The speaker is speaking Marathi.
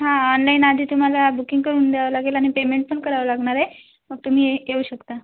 हां नाही नं आधी तुम्हाला बुकिंग करून द्यावं लागेल आणि पेमेंट पण करावं लागणार आहे मग तुम्ही ये येऊ शकता